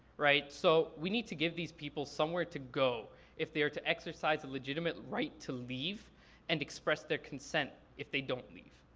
right? so we need to give these people somewhere to go if they are to exercise a legitimate right to leave and express their consent if they don't leave.